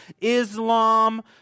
islam